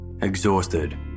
Exhausted